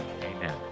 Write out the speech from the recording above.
Amen